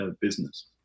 business